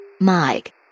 Mike